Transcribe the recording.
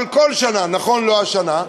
אבל כל שנה, נכון, לא השנה,